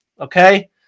okay